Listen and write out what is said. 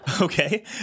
Okay